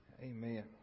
Amen